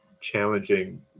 challenging